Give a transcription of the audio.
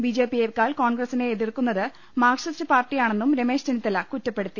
B ജെപിയേക്കാൾ കോൺഗ്രസിനെ എതിർക്കുന്നതും മാർകിസ്റ്റ് പാർട്ടിയാണെന്നും രമേശ് ചെന്നിത്തല കുറ്റപ്പെടുത്തി